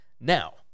Now